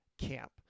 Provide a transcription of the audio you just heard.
camp